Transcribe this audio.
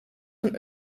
van